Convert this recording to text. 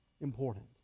important